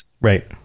Right